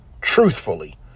truthfully